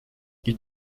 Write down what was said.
ils